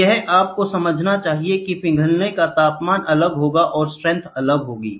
तो यह आपको समझना चाहिए कि पिघलने का तापमान अलग होगा और स्ट्रेंथ अलग होगी